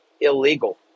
illegal